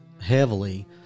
heavily